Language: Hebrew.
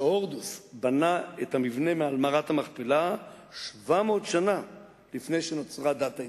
שהורדוס בנה את המבנה מעל מערת המכפלה 700 שנה לפני שנוצרה דת האסלאם.